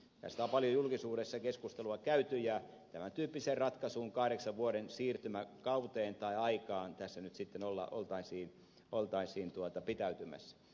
tästä on paljon julkisuudessa keskustelua käyty ja tämän tyyppiseen ratkaisuun kahdeksan vuoden siirtymäkauteen tai aikaan tässä nyt sitten oltaisiin pitäytymässä